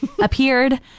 appeared